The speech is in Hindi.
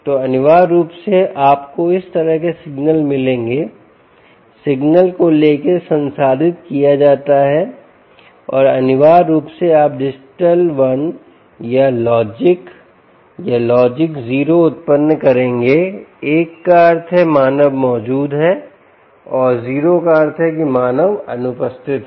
तो अनिवार्य रूप से आपको इस तरह के सिग्नल मिलेंगे सिग्नल को लेके संसाधित किया जाता है और अनिवार्य रूप से आप डिजिटल 1 या लॉजिक या लॉजिक 0 उत्पन्न करेंगे एक का अर्थ है मानव मौजूद है और 0 का अर्थ है कि मानव अनुपस्थित है